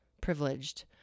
privileged